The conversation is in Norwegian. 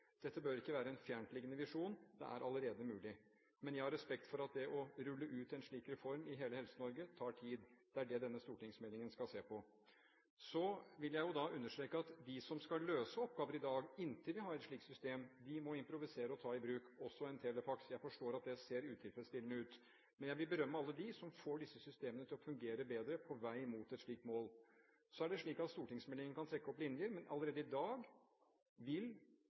Dette bør ikke være en fjerntliggende visjon, det er allerede mulig. Men jeg har respekt for at det å rulle ut en slik reform i hele Helse-Norge tar tid. Det er det denne stortingsmeldingen skal se på. Så vil jeg understreke at de som skal løse oppgaver i dag, inntil vi har et slikt system, må improvisere og også ta i bruk en telefaks – jeg forstår at det ser utilfredsstillende ut. Men jeg vil berømme alle dem som får disse systemene til å fungere bedre – på vei mot et slikt mål. Så er det slik at stortingsmeldingen kan trekke opp linjer, men allerede i dag vil